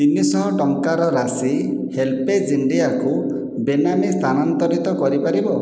ତିନି ଶହ ଟଙ୍କାର ରାଶି ହେଲ୍ପେଜ୍ ଇଣ୍ଡିଆକୁ ବେନାମୀ ସ୍ଥାନାନ୍ତରିତ କରିପାରିବ